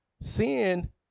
sin